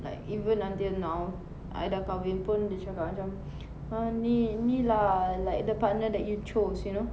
like even until now I dah kahwin pun dia cakap macam ah ni ni lah like the partner that you chose you know